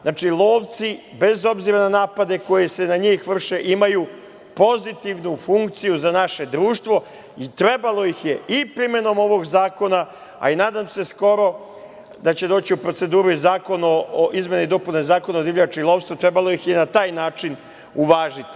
Znači, lovci bez obzira na napade koji se na njih vrše imaju pozitivnu funkciju za naše društvo i trebalo ih i primenom ovog zakona, a i nadam se skoro da će doći u proceduru i izmene i dopune Zakona o divljači i lovstvu, trebalo ih je na taj način uvažiti.